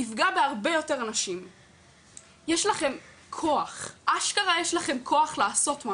שבעה חודשים בשנה שנקראים שבעה חודשי עונות המעבר.